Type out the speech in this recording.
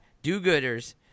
Do-gooders